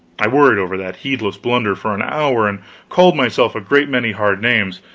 i worried over that heedless blunder for an hour, and called myself a great many hard names,